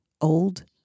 old